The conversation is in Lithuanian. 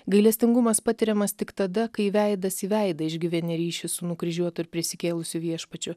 gailestingumas patiriamas tik tada kai veidas į veidą išgyveni ryšį su nukryžiuotu ir prisikėlusiu viešpačiu